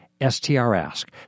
STRask